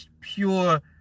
pure